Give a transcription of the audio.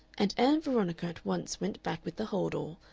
and ann veronica at once went back with the hold-all,